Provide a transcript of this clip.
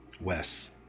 Wes